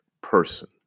person